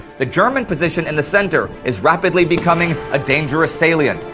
the german position in the center is rapidly becoming a dangerous salient,